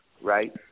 right